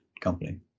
company